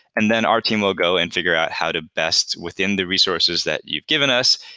and then our team will go and figure out how to best, within the resources that you've given us,